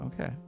Okay